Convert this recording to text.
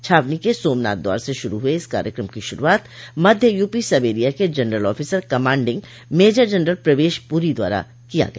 छावनी के सोमनाथ द्वार से शुरू हुए इस कार्यक्रम की शुरूआत मध्य यूपी सब एरिया के general officer commanding major general Pravesh Puri द्वारा किया गया